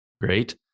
Great